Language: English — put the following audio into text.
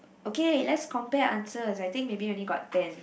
okay let's compare answers I think maybe only got ten